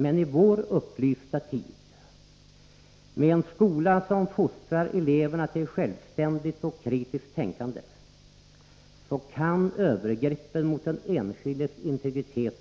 Men i vår upplysta tid, med en skola som fostrar eleverna till självständigt och kritiskt tänkande, kan övergreppen mot den enskildes integritet